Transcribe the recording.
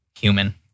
human